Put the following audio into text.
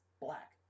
black